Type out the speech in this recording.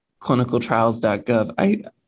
clinicaltrials.gov